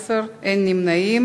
11, אין נמנעים.